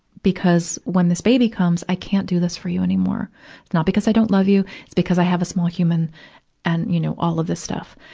because when this baby comes i can't do this for you anymore. it's not because i don't love you. it's because i have a small human and, you know, all of this stuff.